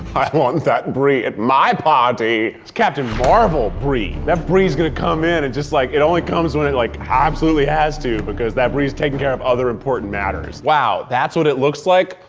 i want that brie at my party. it's captain marvel brie. that brie's going to come in and just like, it only comes when it like, absolutely has to, because that brie's taking care of other important matters. wow, that's what it looks like?